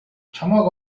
чамайг